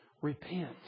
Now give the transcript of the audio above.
repent